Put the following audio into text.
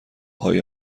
های